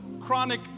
chronic